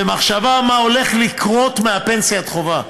במחשבה על מה שהולך לקרות מפנסיית החובה,